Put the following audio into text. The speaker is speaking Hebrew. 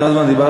כמה זמן דיברת?